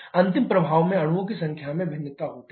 अंतिम प्रभाव में अणुओं की संख्या में भिन्नता होती है